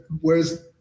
whereas